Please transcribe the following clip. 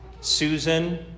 Susan